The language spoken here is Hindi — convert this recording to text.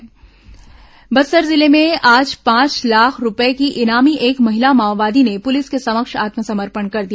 माओवादी समर्पण बस्तर जिले में आज पांच लाख रूपये की इनामी एक महिला माओवादी ने पुलिस के समक्ष आत्मसमर्पण कर दिया